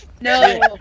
No